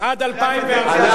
עד 2014. שנייה,